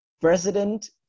President